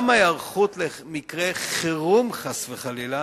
גם ההיערכות למקרה חירום, חס וחלילה,